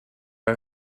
are